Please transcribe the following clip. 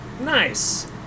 nice